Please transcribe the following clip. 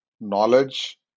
knowledge